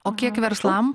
o kiek verslam